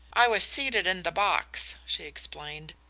i was seated in the box, she explained,